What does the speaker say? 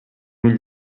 ull